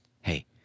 hey